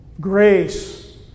grace